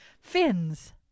fins